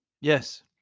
Yes